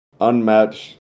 Unmatched